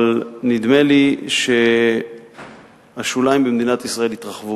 אבל נדמה לי שהשוליים במדינת ישראל התרחבו,